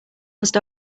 must